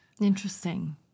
Interesting